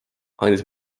andis